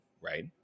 right